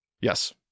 Yes